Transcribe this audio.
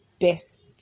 best